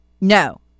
no